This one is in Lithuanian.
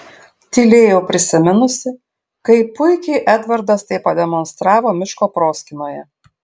tylėjau prisiminusi kaip puikiai edvardas tai pademonstravo miško proskynoje